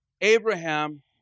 Abraham